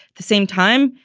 the same time,